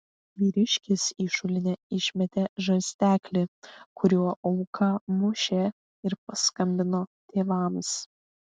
vyriškis į šulinį išmetė žarsteklį kuriuo auką mušė ir paskambino tėvams